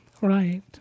right